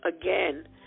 again